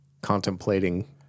contemplating